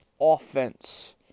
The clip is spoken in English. offense